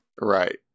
Right